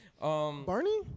Barney